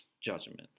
judgment